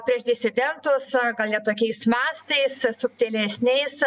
prieš disidentus gal ne tokiais mastais subtilesniais